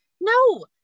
no